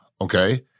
Okay